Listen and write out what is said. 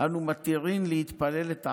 "אנו מתירין להתפלל את העבריינים".